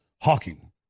Hawking